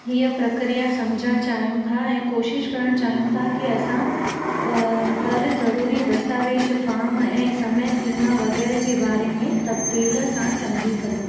हीअं प्रक्रिया सम्झण चाहियूं था ऐं कोशिशि करण चाहियूं था की असां अ हर ज़रूरी दस्तावेज़ फाम ऐं समय सीमा वगै़रह जे बारे में तबदीलु सां सम्झी सघूं